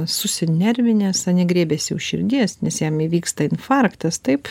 susinervinęs ane griebiasi už širdies nes jam įvyksta infarktas taip